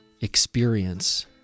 experience